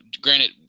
granted